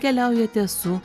keliaujate su